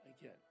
again